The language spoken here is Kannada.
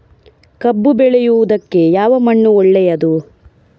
ಕಬ್ಬು ಬೆಳೆಯುವುದಕ್ಕೆ ಯಾವ ಮಣ್ಣು ಒಳ್ಳೆಯದು?